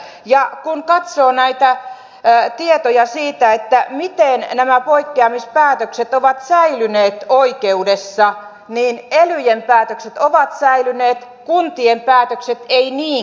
ja kun katsoo näitä tietoja siitä miten nämä poikkeamispäätökset ovat säilyneet oikeudessa niin elyjen päätökset ovat säilyneet kuntien päätökset eivät niinkään